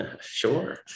Sure